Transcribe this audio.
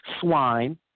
Swine